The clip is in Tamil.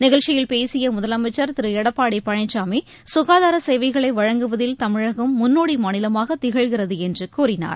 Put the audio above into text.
நிகழ்ச்சியில் பேசிய முதலமைச்சர் திரு எடப்பாடி பழனிசாமி சுகாதார சேவைகளை வழங்குவதில் தமிழகம் முன்னோடி மாநிலமாக திகழ்கிறது என்று கூறினார்